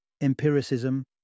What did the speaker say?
empiricism